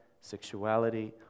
sexuality